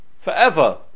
forever